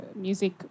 music